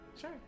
sure